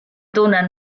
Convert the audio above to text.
tunnen